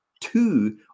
two